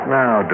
now